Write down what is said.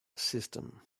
system